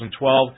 2012